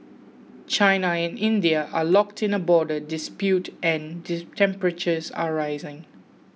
China and India are locked in a border dispute and temperatures are rising